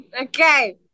Okay